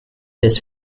his